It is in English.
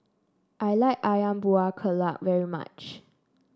I like ayam Buah Keluak very much